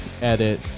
Edit